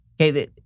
Okay